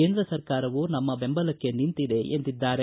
ಕೇಂದ್ರ ಸರ್ಕಾರವೂ ನಮ್ಮ ಬೆಂಬಲಕ್ಕೆ ನಿಂತಿದೆ ಎಂದಿದ್ದಾರೆ